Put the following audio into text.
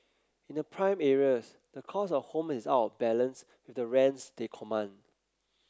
in the prime areas the cost of home is out balance the rents they command